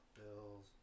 Bills